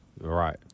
Right